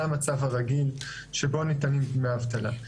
זה המצב הרגיל שבו ניתנים דמי האבטלה.